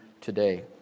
today